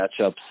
matchups